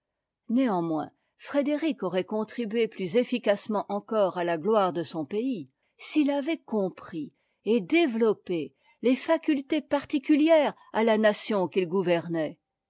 néanmoins frédéric aurait contribué plus efficacement encore à la gloire de son pays s'il avait compris et développé les facultés partie jieres à la nation qu'il gouvernait